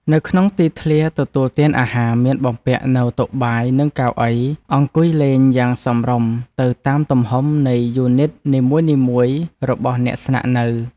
នៅក្នុងទីធ្លាទទួលទានអាហារមានបំពាក់នូវតុបាយនិងកៅអីអង្គុយលេងយ៉ាងសមរម្យទៅតាមទំហំនៃយូនីតនីមួយៗរបស់អ្នកស្នាក់នៅ។